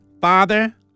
Father